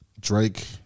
drake